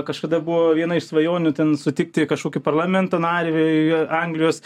kažkada buvo viena iš svajonių ten sutikti kažkokį parlamento narį anglijos